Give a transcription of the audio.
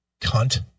Cunt